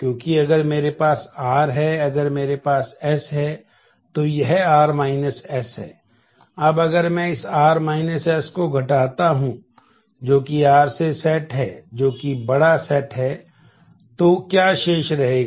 अब अगर मैं इस r s को घटाता हूँ जो कि r से सेट है जो कि बड़ा सेट है तो क्या शेष रहेगा